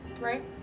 Right